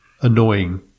annoying